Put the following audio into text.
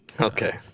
Okay